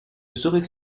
sauraient